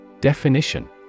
Definition